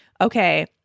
okay